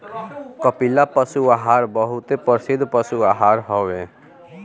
कपिला पशु आहार बहुते प्रसिद्ध पशु आहार हवे